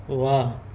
वाह